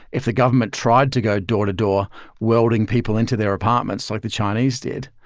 if the government tried to go door to door welding people into their apartments like the chinese did,